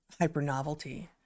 hypernovelty